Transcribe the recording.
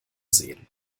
sehen